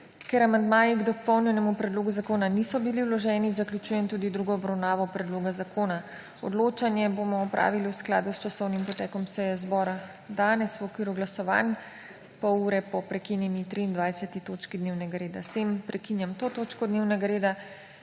Ker amandmaji k dopolnjenemu predlogu zakona niso bili vloženi, zaključujem tudi drugo obravnavo predloga zakona. Odločanje bomo opravili v skladu s časovnim potekom seje zbora danes v okviru glasovanj pol ure po prekinjeni 23. točki dnevnega reda. S tem prekinjam to točko dnevnega reda.